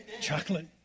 chocolate